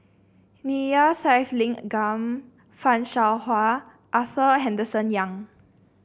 Neila Sathyalingam Fan Shao Hua Arthur Henderson Young